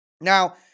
Now